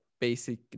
basic